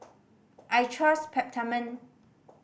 I trust Peptamen